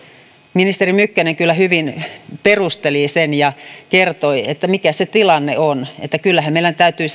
ministeri mykkänen kyllä hyvin perusteli ja kertoi mikä se tilanne on kyllähän meillä nyt täytyy